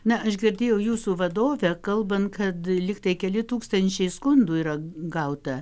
na aš girdėjau jūsų vadovę kalbant kad lygtai keli tūkstančiai skundų yra gauta